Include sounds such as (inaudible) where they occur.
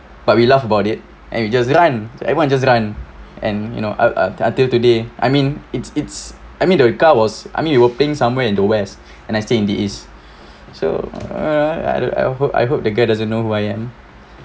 but we laugh about it and we just run everyone just run and you know uh uh until today I mean it's it's I mean the car was I mean you were playing somewhere in the west and I stay in the east (breath) so uh I don't I hope I hope that guy doesn't know who I am